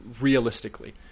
realistically